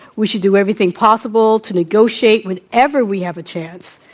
we should do everything possible to negotiate whenever we have a chance,